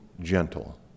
gentle